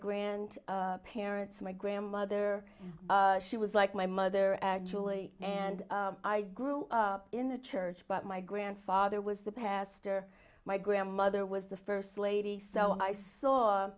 grand parents my grandmother she was like my mother actually and i grew up in the church but my grandfather was the pastor my grandmother was the first lady so i saw